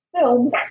film